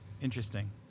Interesting